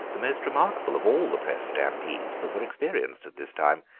the most remarkable of all the press stampedes that were experienced at this time.